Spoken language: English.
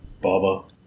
baba